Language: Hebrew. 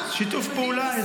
שיתוף פעולה.